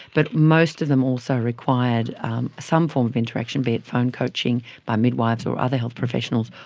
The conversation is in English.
but most of them also required some form of interaction, be it phone coaching by midwives or other health professionals,